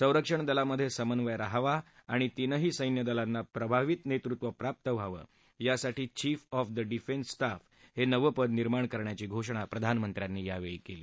संरक्षण दलांमधे समन्वय रहावा आणि तीनही सैनादलांना प्रभावी नेतृत्व प्राप्त व्हावं यासाठी chief of the defence staff हे नवं पद निर्माण करण्याची घोषणा प्रधानमंत्र्यांनी यावेळी केली